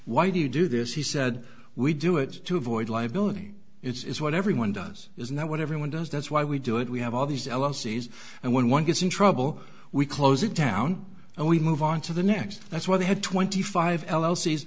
why do you do this he said we do it to avoid liability it's what everyone does isn't that what everyone does that's why we do it we have all these elsie's and when one gets in trouble we close it down and we move on to the next that's why they had twenty five